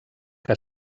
que